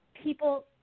people